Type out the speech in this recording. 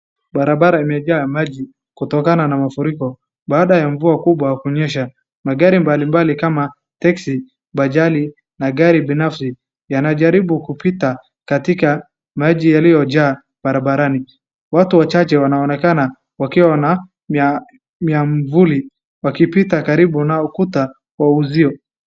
Barabara imejaa maji kutokana na mafuriko baada ya mvua kubwa kunyesha. Magari mbalimbali kama teksi, bajali na gari binafsi yanajaribu kupita katika maji yaliyojaa barabarani. Watu wachache wanaonekana wakiwa na miavuli wakipita karibu na ukuta wa uzio.